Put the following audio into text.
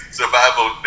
survival